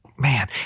Man